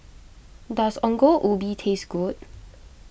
does Ongol Ubi taste good